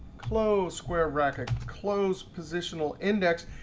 close square bracket, close positional index,